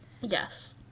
Yes